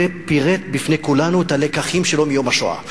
ופירט בפני כולנו את הלקחים שלו מיום השואה.